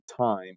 time